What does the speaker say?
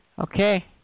Okay